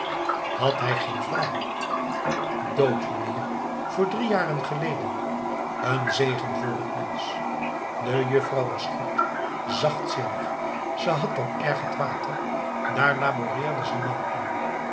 had hij geen vrouw dood meneer voor drie jaar geleden een zegen voor t mensch de juffrouw was goed zachtzinnig ze had dan erg het water daar laboreerde ze lang aan